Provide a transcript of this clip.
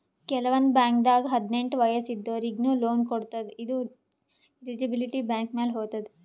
ಕೆಲವಂದ್ ಬಾಂಕ್ದಾಗ್ ಹದ್ನೆಂಟ್ ವಯಸ್ಸ್ ಇದ್ದೋರಿಗ್ನು ಲೋನ್ ಕೊಡ್ತದ್ ಇದು ಎಲಿಜಿಬಿಲಿಟಿ ಬ್ಯಾಂಕ್ ಮ್ಯಾಲ್ ಹೊತದ್